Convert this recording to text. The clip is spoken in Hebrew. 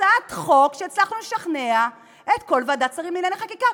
הצעת חוק שהצלחנו לשכנע לגביה את כל ועדת שרים לענייני חקיקה,